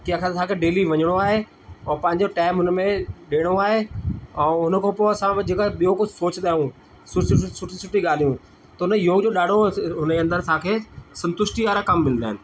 की आखिर असांखे डेली वञिणो आहे ऐं पंहिंजो टाइम उनमें ॾियणो आहे ऐं हुनखो पोइ असां बि जेका ॿियो कुझु सोचिंदा आहियूं सुर सुठ सुठी सुठी ॻाल्हियूं त न योग जो ॾाढो अस हुनजे अंदरि असांखे संतुष्टि वारा कम मिलंदा आहिनि